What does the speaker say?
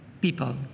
people